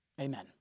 Amen